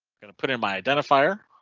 going to put in my identifier.